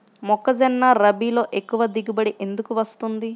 మొక్కజొన్న రబీలో ఎక్కువ దిగుబడి ఎందుకు వస్తుంది?